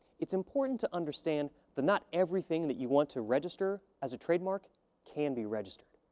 it's important to understand that not everything that you want to register as a trademark can be registered.